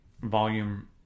volume